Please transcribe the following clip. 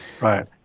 right